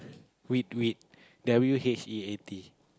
wheat wheat W H E A T